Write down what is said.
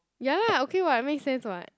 ya lah okay [what] make sense [what]